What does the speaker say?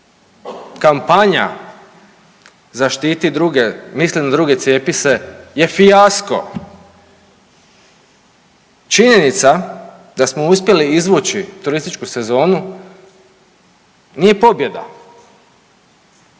Kampanja zaštiti druge, Misli na druge, cijepi se, je fijasko. Činjenica da smo uspjeli izvući turističku sezonu nije pobjeda.